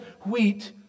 wheat